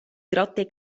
grotte